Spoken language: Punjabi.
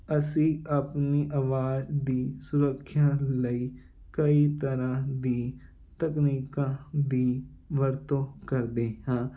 ਅਸੀਂ ਆਪਣੀ ਆਵਾਜ਼ ਦੀ ਸੁਰੱਖਿਆ ਲਈ ਕਈ ਤਰ੍ਹਾਂ ਦੀ ਤਕਨੀਕਾਂ ਦੀ ਵਰਤੋਂ ਕਰਦੇ ਹਾਂ